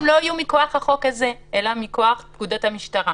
הם לא יהיו מכוח החוק הזה אלא מכוח פקודת המשטרה.